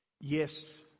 Yes